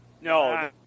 No